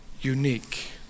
unique